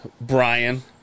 Brian